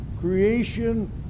creation